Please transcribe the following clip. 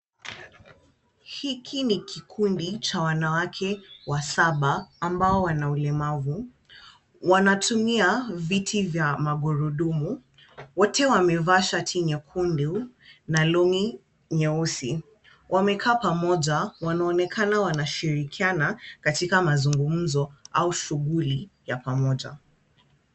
Hiki ni kikundi cha wanawake wa saba ambao wanaulemavu. Wanatumia viti vya magurudumu. Wote wamevaa shati nyekundu na longi nyeusi. wamekaa pamoja, wanaonekana wanashirikiana katika mazungumzo au shughuli ya pamoja.